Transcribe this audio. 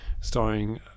starring